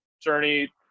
Journey